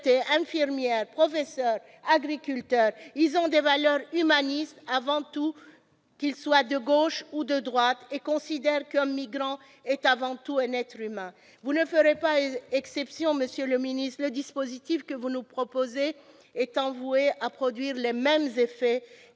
infirmières, professeurs ou agriculteurs ; ils ont des valeurs humanistes avant tout, qu'ils soient de gauche ou de droite, et considèrent qu'un migrant est avant tout un être humain. Vous ne ferez pas exception, monsieur le ministre d'État, le dispositif que vous nous proposez est voué à produire les mêmes effets